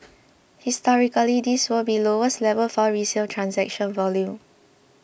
historically this will be lowest level for resale transaction volume